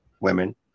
women